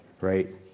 right